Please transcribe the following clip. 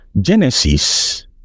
Genesis